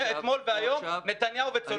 מאתמול והיום, נתניהו וצוללות.